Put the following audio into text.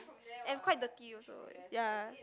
and quite dirty also ya